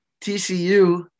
TCU